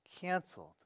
canceled